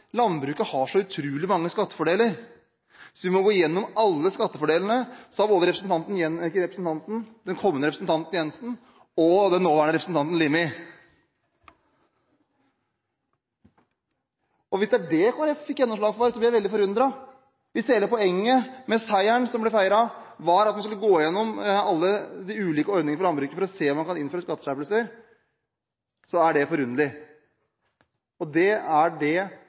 landbruket har så utrolig mange skattefordeler at vi må gå igjennom dem alle, sa både representanten – nei, ikke representanten, den kommende representanten, Jensen – og den nåværende representanten Limi. Hvis det er det Kristelig Folkeparti fikk gjennomslag for, blir jeg veldig forundret. Hvis hele poenget med seieren som ble feiret, var at en skulle gå igjennom alle de ulike ordningene for landbruket for å se om man kan innføre skatteskjerpelser, er det forunderlig. Og det er det